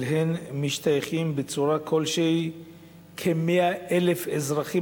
ואליהן משתייכים בצורה כלשהי כ-100,000 אזרחים.